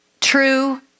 true